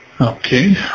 Okay